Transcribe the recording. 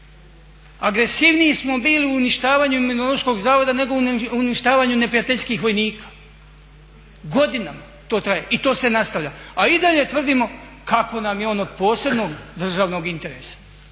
Agresivniji smo bili u uništavanju Imunološkog zavoda nego uništavanju neprijateljskih vojnika, godinama to traje i to se nastavlja. A i dalje tvrdimo kako nam je on od posebnog državnog interesa,